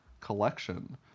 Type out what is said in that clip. Collection